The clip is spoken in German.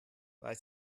weil